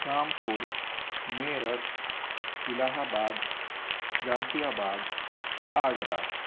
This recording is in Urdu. Rampur Meerut Allahabad Ghaziabad Agra